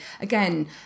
again